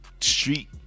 street